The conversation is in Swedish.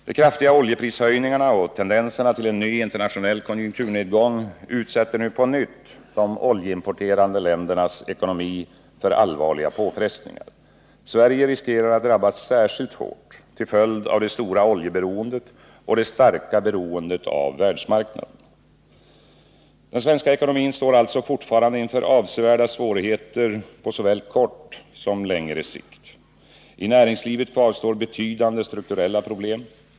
De kraftiga oljeprishöjningarna och tendenserna till en ny internationell konjunkturnedgång utsätter nu på nytt de oljeimporterande ländernas ekonomi för allvarliga påfrestningar. Sverige riskerar att drabbas särskilt hårt till följd av det stora oljeberoendet och det starka beroendet av världsmarknaden. Den svenska ekonomin står alltså fortfarande inför avsevärda svårigheter på såväl kort som längre sikt. I näringslivet kvarstår betydande strukturella problem.